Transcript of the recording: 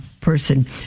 person